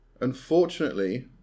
Unfortunately